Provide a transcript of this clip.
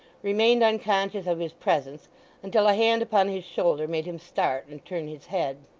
remained unconscious of his presence until a hand upon his shoulder made him start and turn his head.